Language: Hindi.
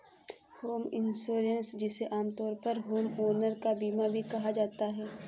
होम इंश्योरेंस जिसे आमतौर पर होमओनर का बीमा भी कहा जाता है